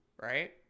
Right